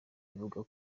ivuga